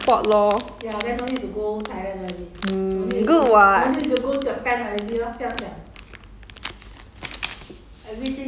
last time this one also only in thailand but then I think now they import lor mm good [what]